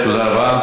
מוותר, תודה רבה.